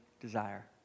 desire